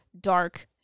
dark